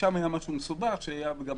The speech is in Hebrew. שם היה משהו מסובך, היו שם גם